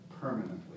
permanently